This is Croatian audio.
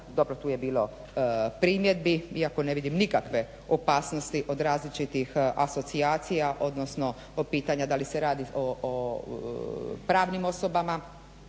dobro tu je bilo primjedbi iako ne vidim nikakve opasnosti od različitih asocijacija, odnosno pitanja da li se radi o pravnim osobama